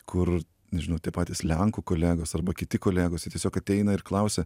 kur nežinau tie patys lenkų kolegos arba kiti kolegos jie tiesiog ateina ir klausia